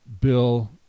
Bill